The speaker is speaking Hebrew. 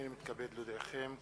הנני מתכבד להודיעכם,